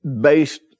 based